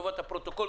לטובת הפרוטוקול,